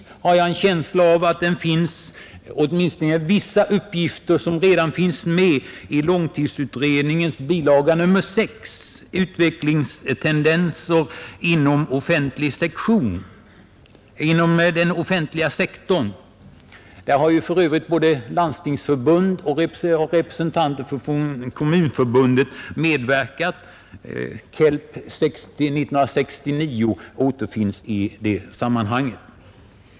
Jag har emellertid en känsla av att det i den utredningen kommer att återfinnas vissa uppgifter som redan finns med i långtidsutredningens bilaga 6, ”Utvecklingstendenserna inom den offentliga sektorn”. Både Landstingsförbundet och representanter för Kommunförbundet har för övrigt medverkat i det sammanhanget.